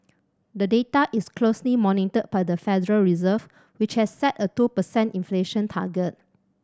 the data is closely monitored by the Federal Reserve which has set a two per cent inflation target